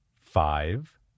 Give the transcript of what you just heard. Five